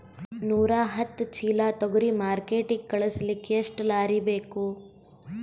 ನೂರಾಹತ್ತ ಚೀಲಾ ತೊಗರಿ ಮಾರ್ಕಿಟಿಗ ಕಳಸಲಿಕ್ಕಿ ಎಷ್ಟ ಲಾರಿ ಬೇಕು?